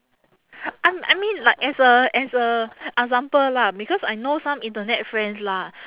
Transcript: I I mean like as a as a example lah because I know some internet friends lah